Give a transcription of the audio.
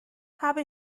habe